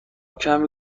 کمی